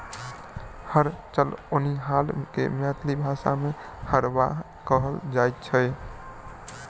हर चलओनिहार के मैथिली भाषा मे हरवाह कहल जाइत छै